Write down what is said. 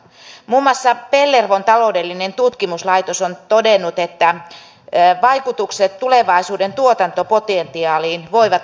muun maussa pellervon taloudellinen tutkimuslaitos on todennut että vaikutukset tulevaisuuden tuotantopotentiaaliin voivat olla merkittäviä